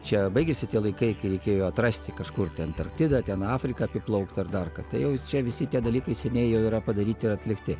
čia baigėsi tie laikai kai reikėjo atrasti kažkur antarktidą ten afriką apiplaukt ar dar ką tai jau čia visi tie dalykai seniai jau yra padaryti ir atlikti